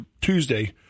Tuesday